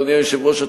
אדוני היושב-ראש,